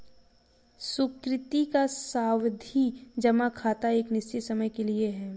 सुकृति का सावधि जमा खाता एक निश्चित समय के लिए है